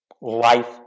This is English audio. Life